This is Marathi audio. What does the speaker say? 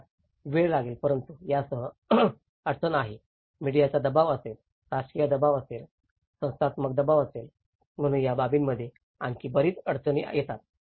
यास वेळ लागेल परंतु यासह अडचण आहे मीडियाचा दबाव असेल राजकीय दबाव असेल संस्थात्मक दबाव असेल म्हणून या बाबींमध्ये आणखी बरीच अडचणी येतील